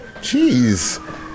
Jeez